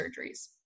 surgeries